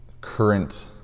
Current